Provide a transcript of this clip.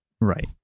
Right